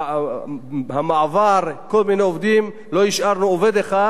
לא השארנו עובד אחד שלא מצאנו לו פתרון.